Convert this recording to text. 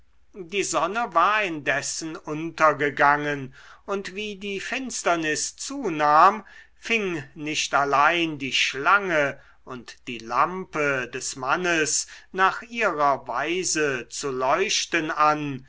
die sonne war indessen untergegangen und wie die finsternis zunahm fing nicht allein die schlange und die lampe des mannes nach ihrer weise zu leuchten an